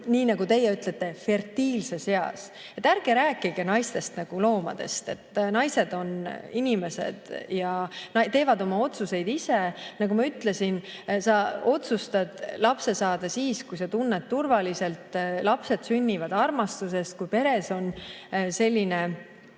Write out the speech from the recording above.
nii nagu teie ütlete, fertiilses eas. Ärge rääkige naistest nagu loomadest. Naised on inimesed ja teevad oma otsuseid ise. Nagu ma ütlesin, sa otsustad lapse saada siis, kui sa tunned ennast turvaliselt. Lapsed sünnivad armastusest, kui peres on selline